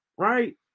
right